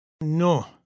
no